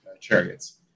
chariots